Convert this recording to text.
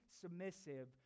submissive